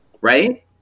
Right